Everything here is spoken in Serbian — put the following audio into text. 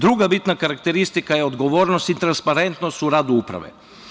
Druga bitna karakteristika je odgovornosti i transparentnost u radu uprave.